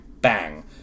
Bang